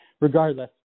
regardless